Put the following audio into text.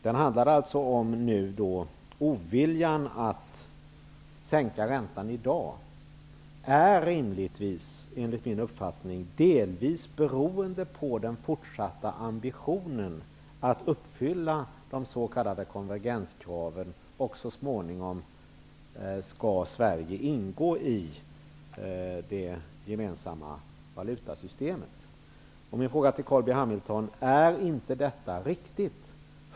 Den handlade om att oviljan mot att sänka räntan i dag enligt min uppfattning delvis beror på den fortsatta ambitionen att uppfylla de s.k. konvergenskraven för att Sverige så småningom skall ingå i det gemensamma valutasystemet. Min fråga till Carl B Hamilton är: Är inte detta riktigt?